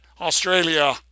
Australia